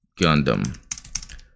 Gundam